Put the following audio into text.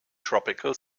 tropical